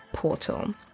Portal